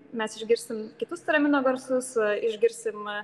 mes išgirsim kitus teramino garsus išgirsim